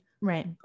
Right